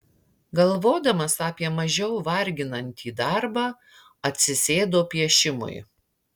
galvodamas apie mažiau varginantį darbą atsidėjo piešimui